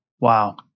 Wow